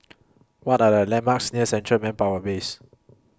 What Are The landmarks near Central Manpower Base